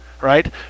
right